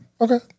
Okay